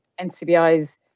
NCBI's